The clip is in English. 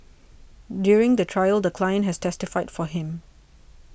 during the trial the client has testified for him